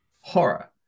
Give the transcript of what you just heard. horror